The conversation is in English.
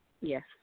Yes